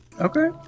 Okay